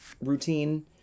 routine